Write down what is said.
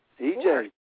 EJ